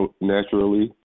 naturally